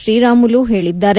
ಶ್ರೀರಾಮುಲು ಹೇಳಿದ್ದಾರೆ